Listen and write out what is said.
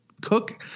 Cook